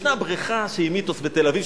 ישנה בריכה שהיא מיתוס בתל אביב,